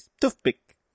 toothpick